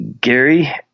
Gary